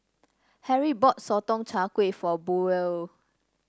Harry bought Sotong Char Kway for Buell